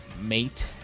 mate